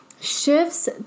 shifts